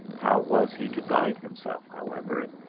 how was he to guide himself, however,